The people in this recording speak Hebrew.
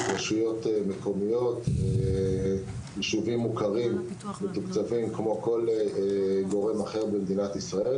רשויות מקומיות וישובים מוכרים מתוקצבים כמו כל מקום אחר במדינת ישראל.